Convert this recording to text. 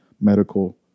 medical